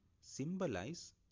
symbolize